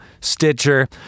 Stitcher